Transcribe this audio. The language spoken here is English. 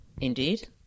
Indeed